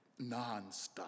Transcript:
nonstop